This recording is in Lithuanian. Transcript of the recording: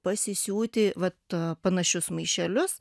pasisiūti vat panašius maišelius